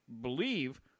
believe